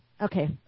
okay